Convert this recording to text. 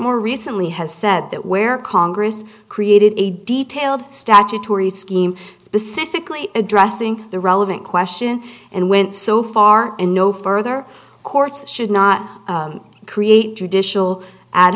more recently has said that where congress created a detailed statutory scheme specifically addressing the relevant question and went so far and no further courts should not create judicial ad